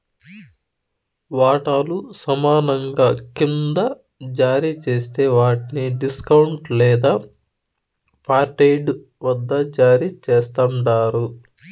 వాటాలు సమానంగా కింద జారీ జేస్తే వాట్ని డిస్కౌంట్ లేదా పార్ట్పెయిడ్ వద్ద జారీ చేస్తండారు